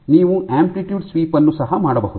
ನೀವು amplitude sweep ಯನ್ನು ಸಹ ಮಾಡಬಹುದು